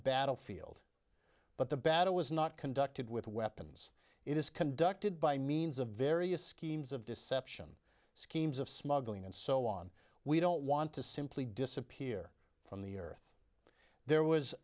battlefield but the battle was not conducted with weapons it is conducted by means of various schemes of deception schemes of smuggling and so on we don't want to simply disappear from the earth there was